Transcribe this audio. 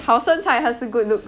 好身材还是 good looks